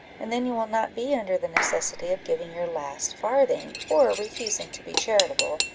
and then you will not be under the necessity of giving your last farthing, or refusing to be charitable,